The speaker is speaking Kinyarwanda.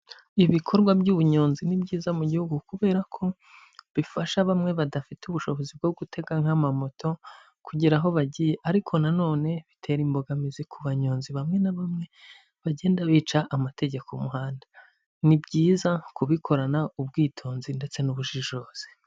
Ibikorwa by'ubunyonzi, ni byiza mu gihugu kubera ko bifasha bamwe badafite ubushobozi bwo gutega nk'amamoto, kugera aho bagiye ariko na none bitera imbogamizi ku banyonzi bamwe na bamwe, bagenda bica amategeko y'umuhanda. Ni byiza kubikorana ubwitonzi ndetse n'ubushishozi.